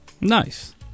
Nice